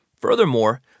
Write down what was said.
Furthermore